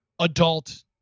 adult